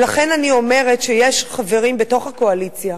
ולכן אני אומרת, יש חברים בקואליציה